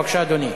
בבקשה, אדוני.